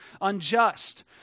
unjust